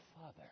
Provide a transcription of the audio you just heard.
Father